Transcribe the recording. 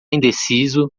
indeciso